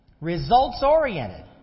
Results-oriented